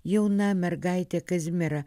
jauna mergaitė kazimiera